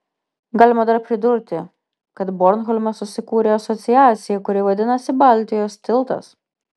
galima dar pridurti kad bornholme susikūrė asociacija kuri vadinasi baltijos tiltas